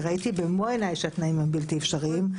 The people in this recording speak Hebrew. וראיתי במו-עיניי שהתנאים הם בלתי אפשריים.